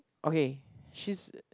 okay she's